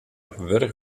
wurch